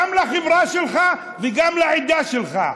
גם לחברה שלך וגם לעדה שלך.